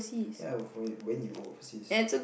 yeah for when when you go overseas